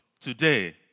today